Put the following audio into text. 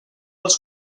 els